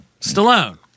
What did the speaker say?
Stallone